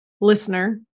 listener